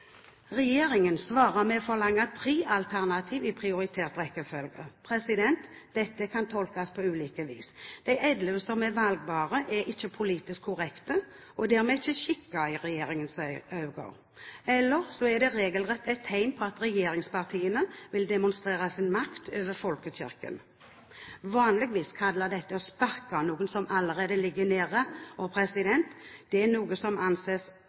Regjeringen svarer med å forlange tre alternativ i prioritert rekkefølge. Dette kan tolkes på ulike vis. De elleve som er valgbare, er ikke politisk korrekte og dermed ikke skikket i regjeringens øyne, eller så er det regelrett et tegn på at regjeringspartiene vil demonstrere sin makt over folkekirken. Vanligvis kalles dette å sparke noen som allerede ligger nede, og det er noe som anses